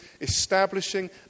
establishing